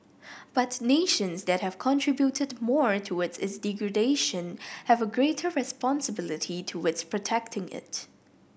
but nations that have contributed more towards its degradation have a greater responsibility towards protecting it